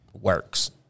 works